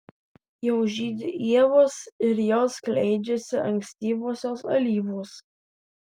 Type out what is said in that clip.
jau žydi ievos ir jau skleidžiasi ankstyvosios alyvos